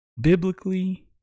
biblically